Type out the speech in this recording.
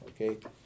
okay